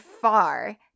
far